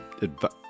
advice